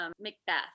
Macbeth